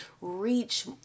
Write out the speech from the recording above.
reach